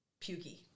pukey